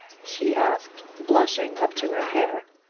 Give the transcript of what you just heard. she asked blushing up to her hair.